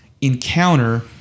encounter